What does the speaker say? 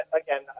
again